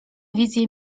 wizje